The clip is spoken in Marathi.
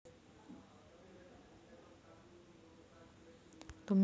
तुम्ही उधार घेतलेले पैसे गुंतवू शकता आणि त्यातून नफा मिळवू शकता